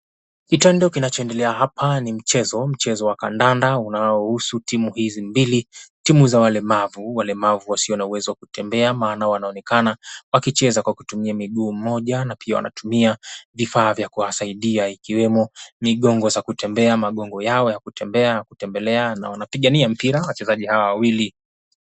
Kitendo kinachoendelea hapa ni mchezo. Mchezo wa kandanda unaohusu timu hizi mbili. Timu za walemavu. Walemavu wasio na uwezo wa kutembea maana wanaonekana wakicheza kwa kutumia miguu moja na pia wanatumia vifaa vya kuwasaidia ikiwemo migongo za kutembea, magongo yao ya kutembea na kutembelea na wanapigania mpira wachezaji hawa wawili.